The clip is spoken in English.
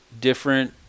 different –